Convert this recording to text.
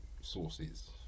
sources